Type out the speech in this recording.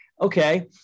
Okay